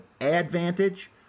advantage